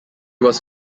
was